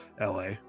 la